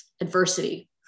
adversity